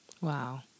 Wow